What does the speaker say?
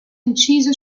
inciso